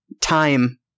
time